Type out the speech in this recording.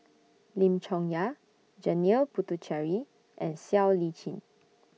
Lim Chong Yah Janil Puthucheary and Siow Lee Chin